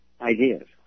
ideas